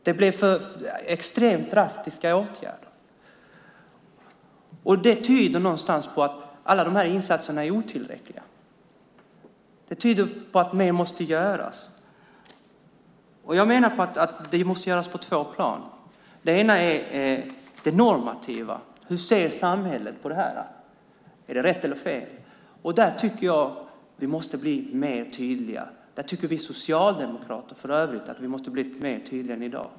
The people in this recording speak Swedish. Det blir extremt drastiska åtgärder. Det tyder någonstans på att insatserna är otillräckliga. Det tyder på att mer måste göras, och jag menar att det måste göras på två plan. Det ena är det normativa. Hur ser samhället på det här? Är det rätt eller fel? Där tycker jag att vi måste bli mer tydliga. Jag tycker för övrigt att vi socialdemokrater måste bli mer tydliga än i dag.